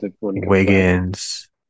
Wiggins